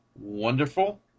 Wonderful